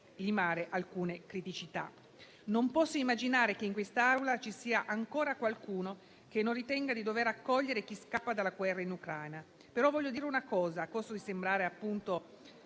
limare alcune criticità. Non posso immaginare che in quest'Aula vi sia ancora qualcuno che non ritenga di dover accogliere chi scappa dalla guerra in Ucraina. Voglio, però, dire una cosa, a costo di sembrare